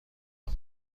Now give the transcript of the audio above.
همه